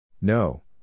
No